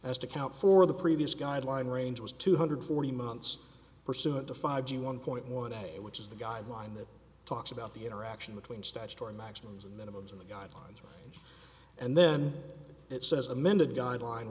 as to count four the previous guideline range was two hundred forty months pursuant to five to one point one day which is the guideline that talks about the interaction between statutory maximums and minimums and the guidelines and then it says amended guideline